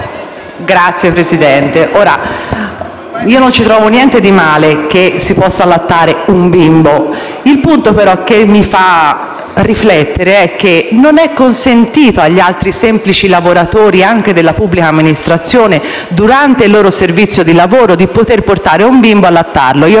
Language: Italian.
Signor Presidente, non trovo niente di male nel fatto che si possa allattare un bimbo. Il punto però che mi fa riflettere è che non è consentito agli altri semplici lavoratori, anche della pubblica amministrazione, durante il loro orario di lavoro poter portare un bimbo e allattarlo. Io